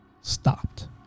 stopped